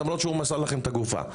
למרות שהוא מסר לכם את הגופה.